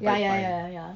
ya ya ya ya ya